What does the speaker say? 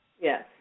Yes